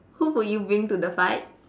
who would you bring to the fight